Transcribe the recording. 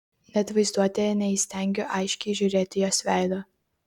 net vaizduotėje neįstengiu aiškiai įžiūrėti jos veido